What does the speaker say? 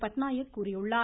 பட்நாயக் கூறியுள்ளார்